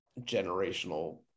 generational